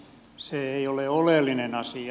se ei ole oleellinen asia